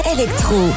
Electro